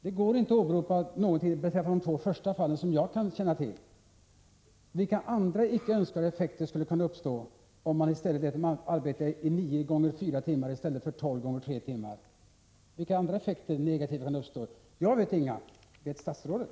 Det går såvitt jag känner till inte att åberopa de två förstnämnda villkoren. Vilka andra, icke önskvärda effekter skulle kunna uppstå, om man i stället lät cirklarna arbeta nio gånger fyra timmar i stället för tolv gånger tre timmar? Jag kan inte komma på några sådana effekter. Kan statsrådet göra det?